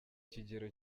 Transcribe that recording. kigero